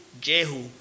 Jehu